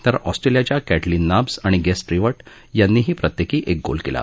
तर ऑस्ट्रेलियाच्या Kaitlin Nobbs आणि ग्रेस स्टीवर्ट यांनीही प्रत्येकी एक गोल केला